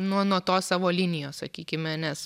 nuo nuo tos savo linijos sakykime nes